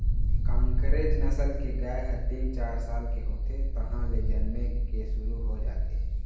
कांकरेज नसल के गाय ह तीन, चार साल के होथे तहाँले जनमे के शुरू हो जाथे